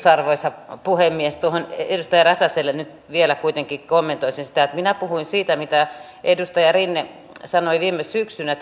arvoisa puhemies edustaja räsäselle nyt vielä kuitenkin kommentoisin sitä että minä puhuin siitä mitä edustaja rinne teidän puheenjohtajanne sanoi viime syksynä